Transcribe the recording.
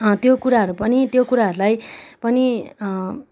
त्यो कुराहरू पनि त्यो कुराहरूलाई पनि